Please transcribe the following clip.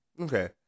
Okay